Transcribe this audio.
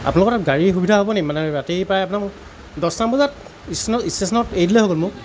আপোনালোকৰ তাত গাড়ীৰ সুবিধা হ'বনি মানে ৰাতি প্ৰায় আপোনাৰ দছটামান বজাত ষ্টেচনত ষ্টেচনত এৰি দিলেই হৈ গ'ল মোক